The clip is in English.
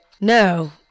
no